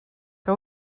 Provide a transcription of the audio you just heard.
que